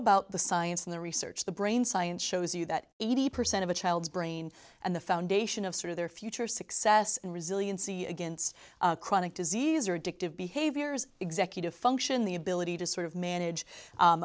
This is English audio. about the science and the research the brain science shows you that eighty percent of a child's brain and the foundation of sort of their future success and resiliency against chronic disease or addictive behaviors executive function the ability to sort of manage